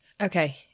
Okay